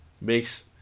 Makes